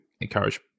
encourage